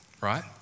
right